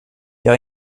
jag